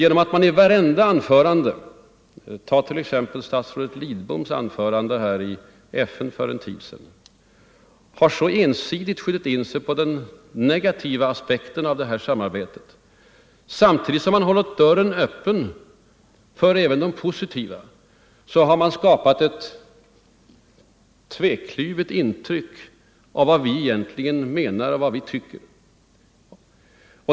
Genom att man i varenda anförande — ta t.ex. statsrådet Lidboms anförande i FN för en tid sedan — så kategoriskt skjutit in sig på de negativa aspekterna av stormaktssamarbetet samtidigt som man bara hållit dörren på glänt för de positiva, så har man skapat ett tvekluvet intryck av vad Sverige egentligen menar och står för.